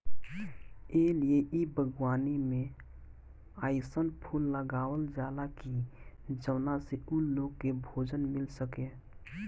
ए लिए इ बागवानी में अइसन फूल लगावल जाला की जवना से उ लोग के भोजन मिल सके